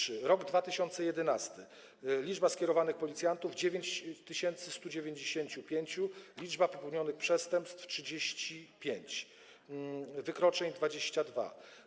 Rok 2011: liczba skierowanych policjantów - 9195, liczba popełnionych przestępstw - 35, wykroczeń - 22.